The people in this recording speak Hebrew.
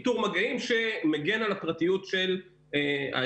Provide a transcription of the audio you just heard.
יהיה איתור מגעים שמגן על הפרטיות של האזרחים,